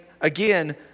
again